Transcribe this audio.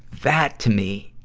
that, to me,